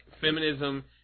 feminism